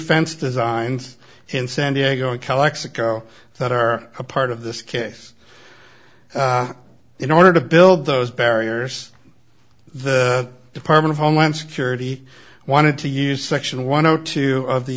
fence designs in san diego and calexico that are a part of this case in order to build those barriers the department of homeland security wanted to use section one zero two of